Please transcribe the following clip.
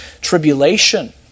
tribulation